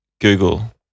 Google